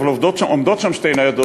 אבל עומדות שם שתי ניידות,